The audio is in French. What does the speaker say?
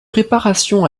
réparations